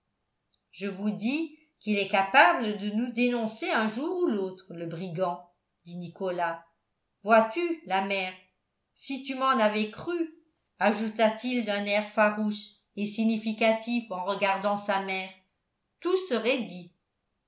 je vous dis qu'il est capable de nous dénoncer un jour ou l'autre le brigand dit nicolas vois-tu la mère si tu m'en avais cru ajouta-t-il d'un air farouche et significatif en regardant sa mère tout serait dit